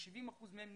כ-70 אחוזים מהם,